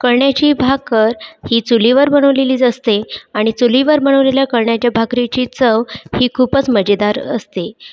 कळण्याची भाकर ही चुलीवर बनवलेलीच असते आणि चुलीवर बनवलेल्या कळण्याच्या भाकरीची चव ही खूपच मजेदार असते